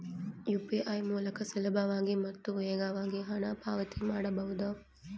UPI ಮೂಲಕ ಸುಲಭವಾಗಿ ಮತ್ತು ವೇಗವಾಗಿ ಹಣ ಪಾವತಿ ಮಾಡಬಹುದಾ?